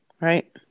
right